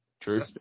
True